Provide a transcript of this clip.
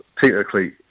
technically